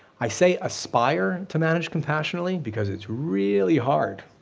i say aspire to manage compassionately because it's really hard